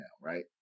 right